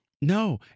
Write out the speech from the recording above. No